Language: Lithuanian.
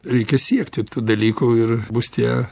reikia siekti tų dalykų ir bus tie